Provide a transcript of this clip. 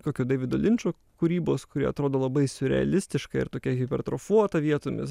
kokio deivido linčo kūrybos kuri atrodo labai siurrealistiška ir tokia hipertrofuota vietomis